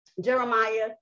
Jeremiah